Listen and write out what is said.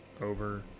over